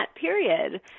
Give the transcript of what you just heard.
period